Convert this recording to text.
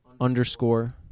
underscore